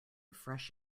fresh